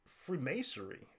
freemasonry